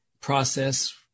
process